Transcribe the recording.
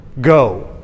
go